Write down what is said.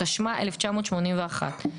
התשמ"א-1981.